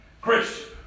Christian